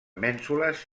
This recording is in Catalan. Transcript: mènsules